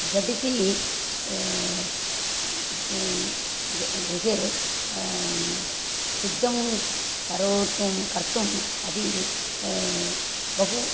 झटिति ग् गृहे सिद्धं करोतु कर्तुम् अपि बहु